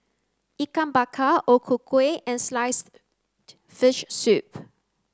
Ikan Bakar O Ku Kueh and sliced fish soup